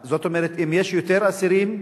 זאת אומרת, אם יש יותר אסירים,